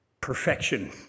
perfection